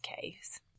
case